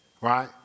Right